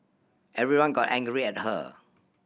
everyone got angry at her